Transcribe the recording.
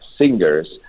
singers